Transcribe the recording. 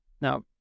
Now